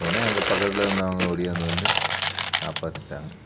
உடனே அங்கே பக்கத்தில் இருந்தவங்க ஒடியாந்து வந்து காப்பாத்திட்டாங்க